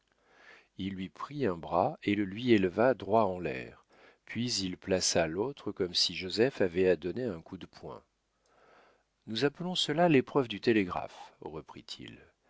il lui prit un bras et le lui éleva droit en l'air puis il plaça l'autre comme si joseph avait à donner un coup de poing nous appelons cela l'épreuve du télégraphe